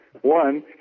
one